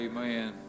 Amen